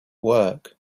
work